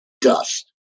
dust